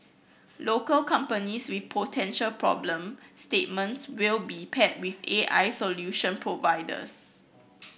local companies with potential problem statements will be paired with A I solution providers